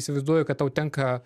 įsivaizduoju kad tau tenka